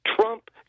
Trump